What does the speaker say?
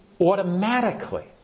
automatically